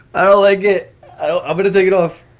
i like it i but to take it off.